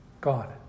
God